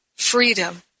Freedom